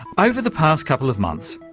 over the past couple of months,